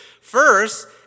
First